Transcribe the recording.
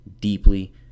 deeply